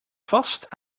vast